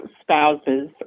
spouses